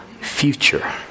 future